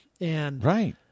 Right